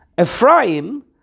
Ephraim